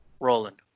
Roland